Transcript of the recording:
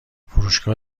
فروشگاه